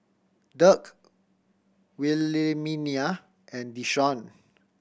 Dirk Wilhelmina and Deshaun